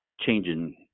changing